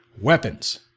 weapons